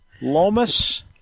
Lomas